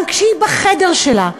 גם כשהיא בחדר שלה,